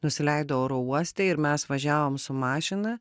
nusileido oro uoste ir mes važiavom su mašina